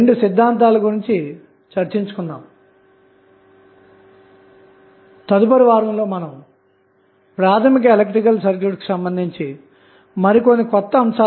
కాబట్టిమీరు దీనిని ఇంట్లో పరిష్కరించటానికి మీకే వదిలేస్తానుతద్వారా మీరు థెవినిన్ ఈక్వివలెంట్ విలువలు పొందుతారు